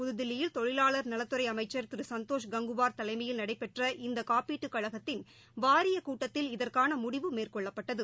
புதுதில்லியில் தொழிலாளர் நலத்துறை அமைச்சர் திரு சந்தோஷ் கங்குவார் தலைமையில் நடைபெற்ற இந்த காப்பீட்டு கழகத்தின் வாரிய கூட்டத்தில் இதற்கான முடிவு மேற்கொள்ளப்பட்டது